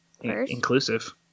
inclusive